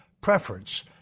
preference